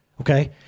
okay